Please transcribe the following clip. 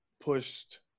pushed